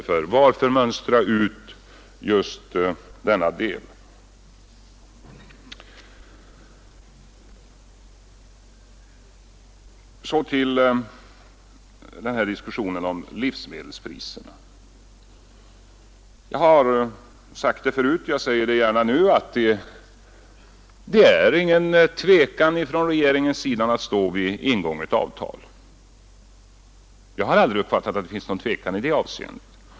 Varför skall man mönstra ut just denna del? I diskussionen om livsmedelspriserna har jag sagt förut och jag upprepar det än en gång att jag aldrig har beskyllt regeringen för någon tvekan inför att stå fast vid ingånget avtal med jordbruket.